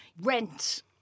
rent